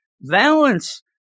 Valence